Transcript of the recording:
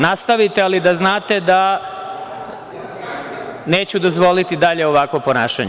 Nastavite, ali da znate da neću dozvoliti dalje ovako ponašanje.